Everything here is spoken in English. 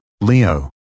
Leo